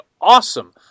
awesome